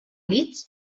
leeds